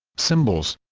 symbols